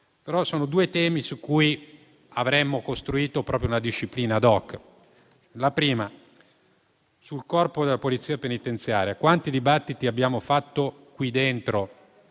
però, di due temi su cui avremmo costruito proprio una disciplina *ad hoc.* Sul Corpo della polizia penitenziaria quanti dibattiti abbiamo fatto in